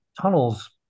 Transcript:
tunnels